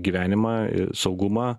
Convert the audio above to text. gyvenimą į saugumą